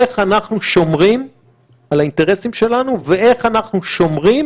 איך אנחנו שומרים על האינטרסים שלנו ואיך אנחנו שומרים